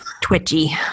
twitchy